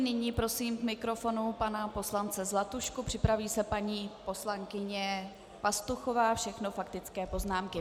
Nyní prosím k mikrofonu pana poslance Zlatušku, připraví se paní poslankyně Pastuchová, všechno faktické poznámky.